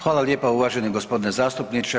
Hvala lijepa uvaženi g. zastupniče.